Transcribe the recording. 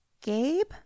Gabe